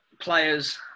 players